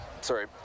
sorry